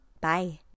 Bye